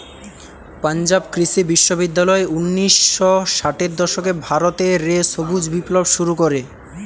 পাঞ্জাব কৃষি বিশ্ববিদ্যালয় উনিশ শ ষাটের দশকে ভারত রে সবুজ বিপ্লব শুরু করে